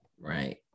right